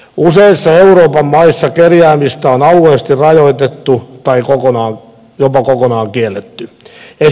useissa euroopan maissa kerjäämistä on alueellisesti rajoitettu tai se on jopa kokonaan kielletty